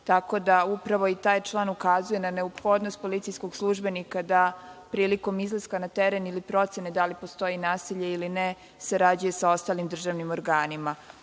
član. Tako da, upravo i taj član ukazuje na neophodnost policijskog službenika da prilikom izlaska na teren ili procene da li postoji nasilje ili ne sarađuje sa ostalim državnim organima.